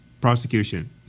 prosecution